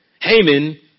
Haman